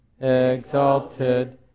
exalted